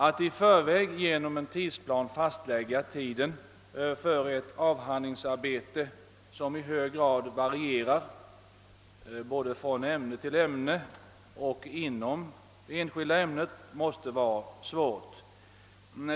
Att i förväg för ett avhandlingsarbete fastlägga tiden, som i hög grad måste variera både från ämne till ämne och inom det enskilda ämnet, måste vara svårt.